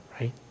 right